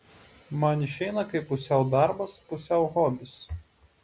man išeina kaip pusiau darbas pusiau hobis